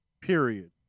period